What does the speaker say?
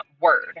word